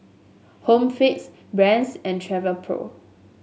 Home Fix Brand's and Travelpro